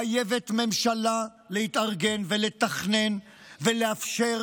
הממשלה חייבת להתארגן, לתכנן ולאפשר